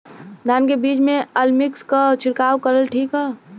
धान के बिज में अलमिक्स क छिड़काव करल ठीक ह?